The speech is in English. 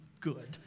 good